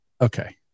Okay